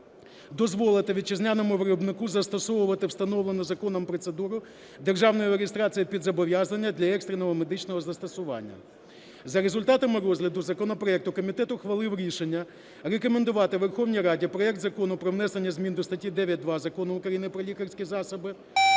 Дозволити вітчизняному виробнику застосовувати встановлену законом процедуру державної реєстрації під зобов'язання для екстреного медичного застосування. За результатами розгляду законопроекту комітет ухвалив рішення: рекомендувати Верховній Раді проект Закону про внесення змін до статті 9-2 Закону України "Про лікарські засоби"